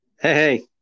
Hey